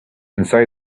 inside